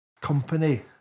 company